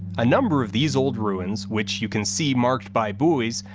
a number of these old ruins, which you can see marked by buoys,